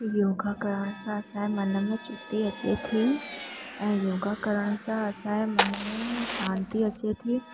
योगा करण सां असांजे मन में चुस्ती अचे थी ऐं योगा करण सां असांजे मन में शांती अचे थी